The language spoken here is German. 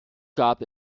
gab